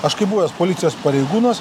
aš kaip buvęs policijos pareigūnas